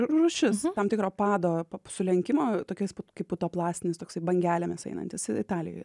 rūšis tam tikro pado sulenkimo tokiais kaip puta plastinis toksai bangelėmis einantis italijoje